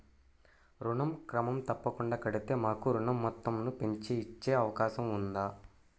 ఋణం క్రమం తప్పకుండా కడితే మాకు ఋణం మొత్తంను పెంచి ఇచ్చే అవకాశం ఉందా?